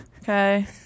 Okay